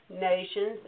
nations